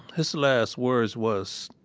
his last words was,